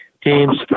teams